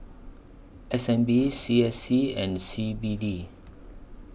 S N B C S C and C B D